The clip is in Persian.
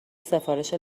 سفارش